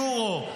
יורו,